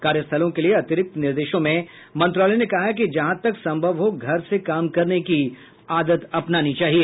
कार्यस्थलों के लिए अतिरिक्त निर्देशों में मंत्रालय ने कहा कि जहां तक संभव हो घर से काम करने की आदत अपनानी चाहिए